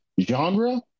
genre